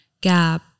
Gap